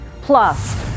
Plus